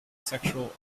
sexual